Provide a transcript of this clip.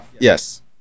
yes